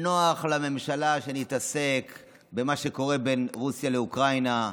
נוח לממשלה שנתעסק במה שקורה בין רוסיה לאוקראינה,